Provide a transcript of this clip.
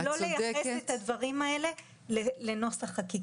בבקשה, לא לייחס את הדברים האלה לנוסח חקיקה.